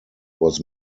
was